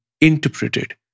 interpreted